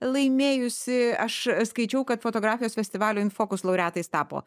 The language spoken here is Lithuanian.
laimėjusi aš skaičiau kad fotografijos festivalio in focus laureatais tapo